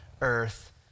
earth